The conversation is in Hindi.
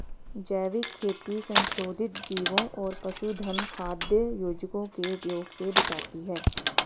जैविक खेती संशोधित जीवों और पशुधन खाद्य योजकों के उपयोग से बचाती है